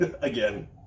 Again